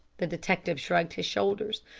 the detective shrugged his shoulders.